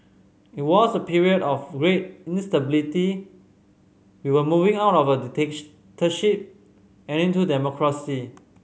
it was a period of great instability we were moving out of a and into democracy